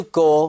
go